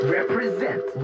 Represent